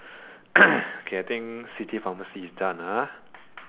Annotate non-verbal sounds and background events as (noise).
(coughs) okay I think city pharmacy is done ah